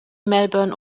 melbourne